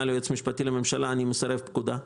ליועץ המשפטי לממשלה על כך שאני מסרב פקודה.